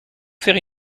faire